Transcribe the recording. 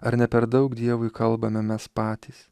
ar ne per daug dievui kalbame mes patys